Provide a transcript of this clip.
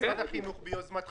של משרד החינוך ביוזמתך,